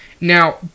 Now